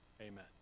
Amen